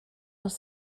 nos